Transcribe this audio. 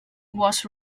was